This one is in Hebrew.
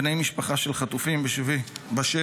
בני משפחה של חטופים בשבי